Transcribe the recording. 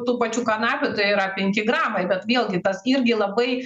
tų pačių kanapių tai yra penki gramai bet vėlgi tas irgi labai